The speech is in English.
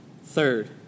Third